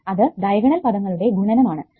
അത് ഡയഗണൽ പദങ്ങളുടെ ഗുണനം ആണ്